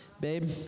babe